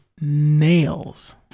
nails